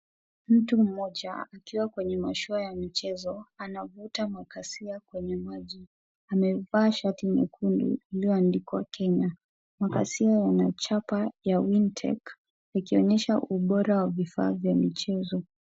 Mtu mmoja akiwa kwenye mashua ya mchezo, anavuta makasia kwenye maji. Amevaa shati nyekundu iliyoandikwa Kenya. Makasia yana chapa ya WinTech yakionyesha ubora wa vifaa vya michezo.